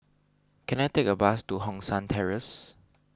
can I take a bus to Hong San Terrace